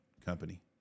company